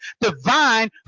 divine